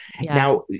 Now